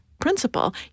principle